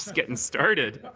getting started.